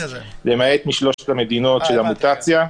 למעט משלוש המדינות של המוטציה,